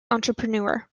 entrepreneur